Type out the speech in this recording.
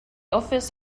office